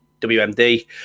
WMD